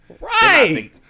Right